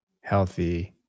healthy